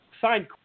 Signed